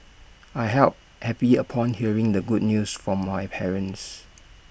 I help happy upon hearing the good news from my parents